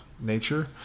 nature